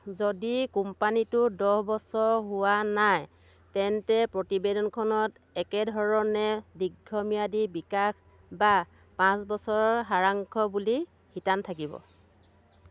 যদি কোম্পানীটোৰ দহ বছৰ হোৱা নাই তেন্তে প্ৰতিবেদনখনত একেধৰণে দীৰ্ঘম্যাদী বিকাশ বা পাঁচ বছৰৰ সাৰাংশ বুলি শিতান থাকিব